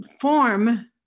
form